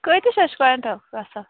کۭتِس حظ چھِ کۄینٛٹَل گژھان